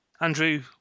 Andrew